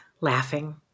laughing